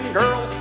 girl